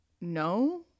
No